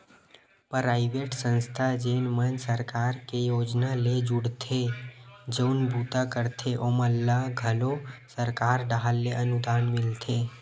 private संस्था जेन मन सरकार के योजना ले जुड़के जउन बूता करथे ओमन ल घलो सरकार डाहर ले अनुदान मिलथे